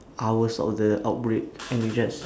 hours of the outbreak and you just